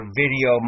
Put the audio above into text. video